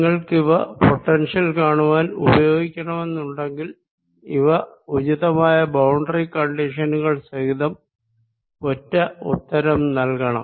നിങ്ങൾക്കിവ potential കാണുവാൻ ഉപയോഗിക്കണമെന്നുണ്ടെ ങ്കിൽ ഇവ ഉചിതമായ ബൌണ്ടറി കൺഡിഷനുകൾ സഹിതം ഒറ്റ ഉത്തരം നൽകണം